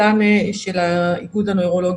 טנה של האיגוד הנוירולוגי.